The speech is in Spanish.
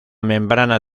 membrana